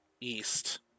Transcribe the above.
east